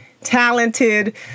talented